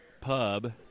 pub